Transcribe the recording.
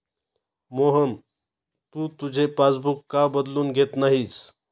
मोहन, तू तुझे पासबुक का बदलून घेत नाहीस?